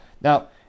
Now